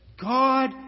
God